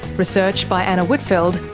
research by anna whitfeld,